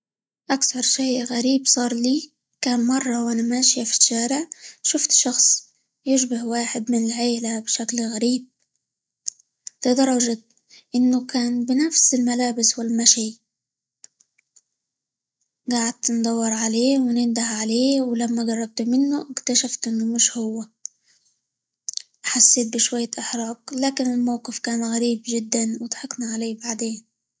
أكثر شيء غريب صار لي كان مرة وأنا ماشية في الشارع شفت شخص يشبه واحد من العيلة بشكل غريب، لدرجة إنه كان بنفس الملابس، والمشي، قعدت ندور عليه، وننده عليه، ولما قربت منه اكتشفت إنه مش هو، حسيت بشوية إحراج، لكن الموقف كان غريب جدًا، وضحكنا عليه بعدين.